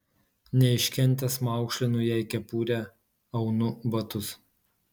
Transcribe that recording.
neiškentęs maukšlinu jai kepurę aunu batus